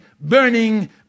burning